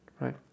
right